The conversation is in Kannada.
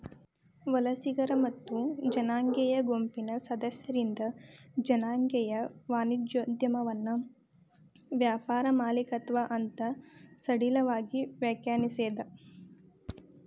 ವಲಸಿಗರ ಮತ್ತ ಜನಾಂಗೇಯ ಗುಂಪಿನ್ ಸದಸ್ಯರಿಂದ್ ಜನಾಂಗೇಯ ವಾಣಿಜ್ಯೋದ್ಯಮವನ್ನ ವ್ಯಾಪಾರ ಮಾಲೇಕತ್ವ ಅಂತ್ ಸಡಿಲವಾಗಿ ವ್ಯಾಖ್ಯಾನಿಸೇದ್